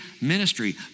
ministry